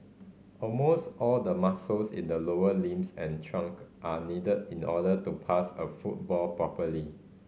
almost all the muscles in the lower limbs and trunk are needed in the order to pass a football properly